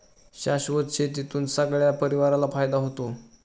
शाश्वत शेतीतून सगळ्या परिवाराला फायदा होतो